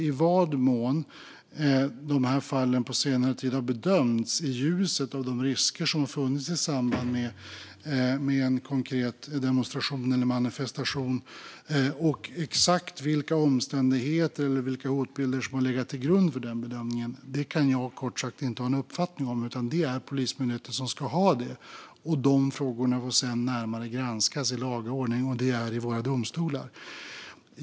I vad mån fallen vi har sett på senare tid har bedömts i ljuset av de risker som har funnits i samband med en konkret demonstration eller manifestation och exakt vilka omständigheter eller vilka hotbilder som har legat till grund för den bedömningen kan jag kort sagt inte ha någon uppfattning om, utan det är Polismyndigheten som ska ha det. De frågorna får sedan närmare granskas i laga ordning, och det är i våra domstolar.